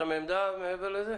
עמדתכם מעבר לזה?